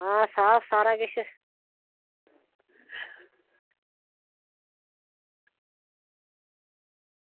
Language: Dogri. आं साफ सारा किश